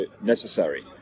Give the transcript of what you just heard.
necessary